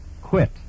quit